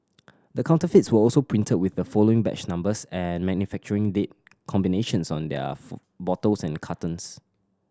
the counterfeits were also printed with the following batch numbers and manufacturing date combinations on their bottles and cartons